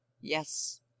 Yes